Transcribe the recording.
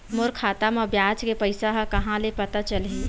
मोर खाता म ब्याज के पईसा ह कहां ले पता चलही?